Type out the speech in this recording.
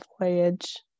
voyage